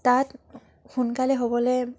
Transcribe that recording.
তাত সোনকালে হ'বলে